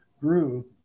grew